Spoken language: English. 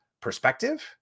perspective